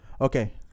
Okay